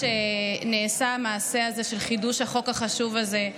שנעשה המעשה הזה של חידוש החוק החשוב הזה,